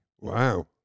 Wow